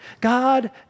God